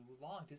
long